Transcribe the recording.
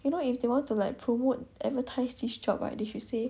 you know if they want to like promote advertise this job right they should say